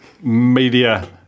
media